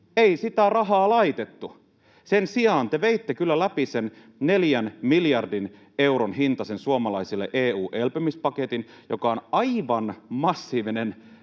ei sitä rahaa laitettu. Sen sijaan te veitte kyllä läpi sen suomalaisille neljän miljardin euron hintaisen EU:n elpymispaketin, joka on aivan massiivinen